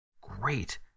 great